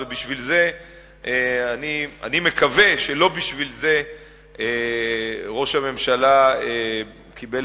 אני מקווה שלא בשביל זה ראש הממשלה קיבל